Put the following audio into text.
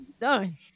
done